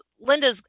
Linda's